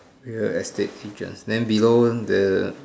real estate agent then below the